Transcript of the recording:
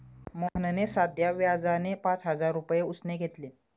मोहनने साध्या व्याजाने पाच हजार रुपये उसने घेतले